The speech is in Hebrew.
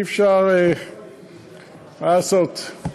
מה לעשות,